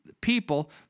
people